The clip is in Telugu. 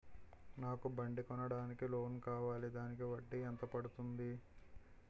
నాకు బండి కొనడానికి లోన్ కావాలిదానికి వడ్డీ ఎంత పడుతుంది?